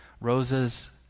roses